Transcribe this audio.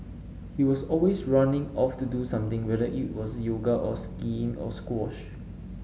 he was always running off to do something whether it was yoga or skiing or squash